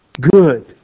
Good